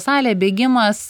salė bėgimas